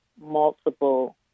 multiple